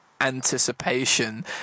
anticipation